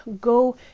go